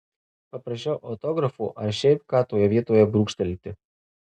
paprašiau autografo ar šiaip ką toje vietoje brūkštelti